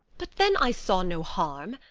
but then i saw no harm,